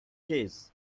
keys